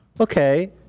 Okay